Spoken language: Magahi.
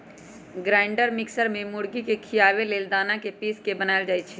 ग्राइंडर मिक्सर में मुर्गी के खियाबे लेल दना के पिस के बनाएल जाइ छइ